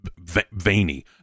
veiny